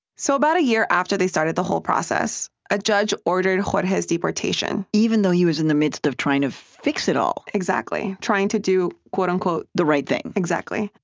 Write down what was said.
so about a year after they started the whole process, a judge ordered jorge's deportation even though he was in the midst of trying to fix it all exactly trying to do, quote, unquote. the right thing. exactly.